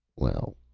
well,